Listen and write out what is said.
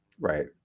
Right